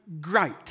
great